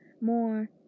more